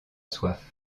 soif